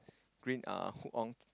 green uh hood on